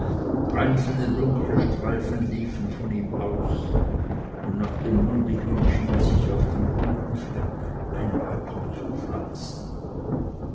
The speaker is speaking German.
einzelne dunkle streifen liefen von ihm aus und nach dem munde hin schien sich auf dem runden flecke ein höcker zu pflanzen